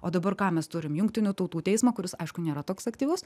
o dabar ką mes turim jungtinių tautų teismą kuris aišku nėra toks aktyvus